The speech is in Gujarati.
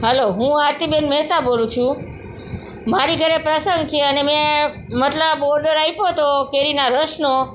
હલો હું આરતીબેન મહેતા બોલું છું મારી ઘરે પ્રસંગ છે અને મેં મતલબ ઓડર આપ્યો હતો કેરીના રસનો